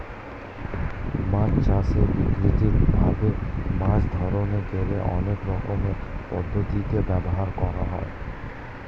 মাছ চাষে বিস্তারিত ভাবে মাছ ধরতে গেলে অনেক রকমের পদ্ধতি ব্যবহার করা হয়